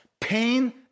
Pain